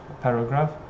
paragraph